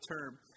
term